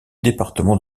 département